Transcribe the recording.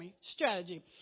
strategy